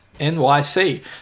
NYC